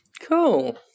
Cool